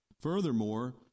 Furthermore